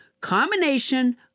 combination